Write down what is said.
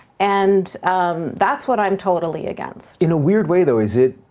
and um that's what i'm totally against. in a weird way, though, is it